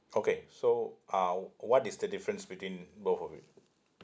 okay so uh what is the difference between both of it